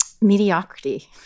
mediocrity